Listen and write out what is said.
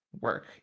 work